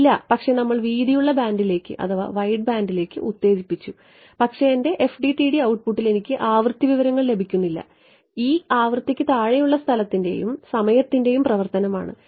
ഇല്ല പക്ഷേ നമ്മൾ വീതിയുള്ള ബാൻഡിലേക്ക് ഉത്തേജിപ്പിച്ചു പക്ഷേ എന്റെ FDTS ഔട്ട്പുട്ടിൽ എനിക്ക് ആവൃത്തി വിവരങ്ങൾ ലഭിക്കുന്നില്ല E ആവൃത്തിക്ക് താഴെയുള്ള സ്ഥലത്തിന്റെയും സമയത്തിന്റെയും പ്രവർത്തനം ആണ്